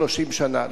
30 שנה,